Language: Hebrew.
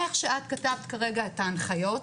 איך שאת כתבת כרגע את ההנחיות,